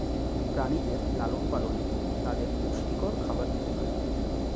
প্রাণীদের লালন পালনে তাদের পুষ্টিকর খাবার দিতে হয়